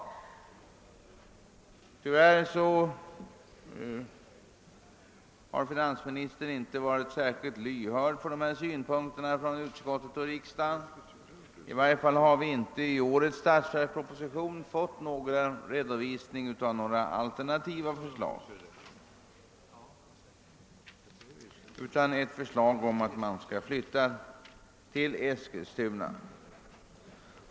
Tyvärr har finansministern inte varit särskilt lyhörd för dessa synpunkter — under alla förhållanden har vi i årets statsverksproposition fått, inte någon redovisning av alternativa förläggningsorter utan allenast ett förslag om att myntoch justeringsverket skall flyttas till Eskilstuna.